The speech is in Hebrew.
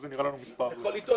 וזה נראה מספר שאפשר לעמוד מאחוריו.